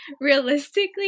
realistically